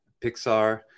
pixar